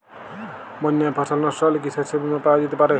বন্যায় ফসল নস্ট হলে কি শস্য বীমা পাওয়া যেতে পারে?